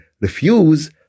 refuse